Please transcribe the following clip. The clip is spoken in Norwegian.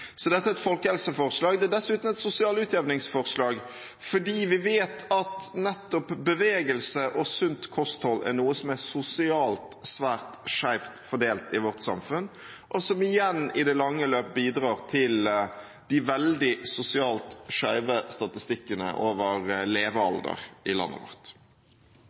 Så dette er et folkehelseforslag. Det er dessuten et sosialt utjevningsforslag, fordi vi vet at nettopp bevegelse og sunt kosthold er noe som er sosialt svært skjevt fordelt i vårt samfunn, som igjen i det lange løp bidrar til de veldig sosialt skjeve statistikkene over levealder i landet vårt.